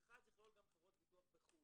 שהמיכל צריך להיות גם חברות ביטוח בחו"ל.